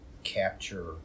capture